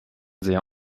sehr